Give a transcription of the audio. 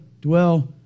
dwell